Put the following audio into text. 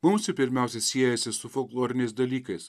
mums ji pirmiausia siejasi su folkloriniais dalykais